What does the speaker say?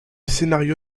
scénario